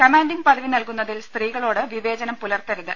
commanding പദവി നൽകുന്നതിൽ സ്ത്രീകളോട് വിവേചനം പുലർത്തരുത്